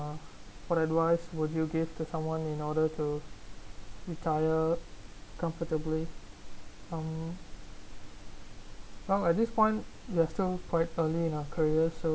uh what advice would you give to someone in order to retire comfortably um well at this point we are still quite early in our career so